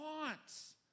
wants